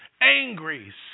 angry